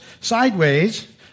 sideways